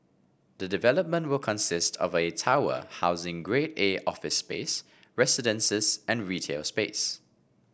the development will consist of a tower housing Grade A office space residences and retail space